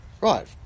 Right